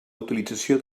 utilització